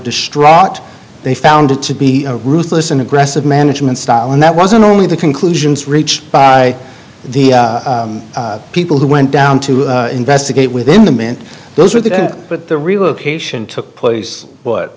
distraught they found it to be a ruthless and aggressive management style and that wasn't only the conclusions reached by the people who went down to investigate within the mint those were the but the relocation took place